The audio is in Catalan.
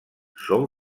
són